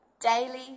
Daily